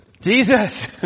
Jesus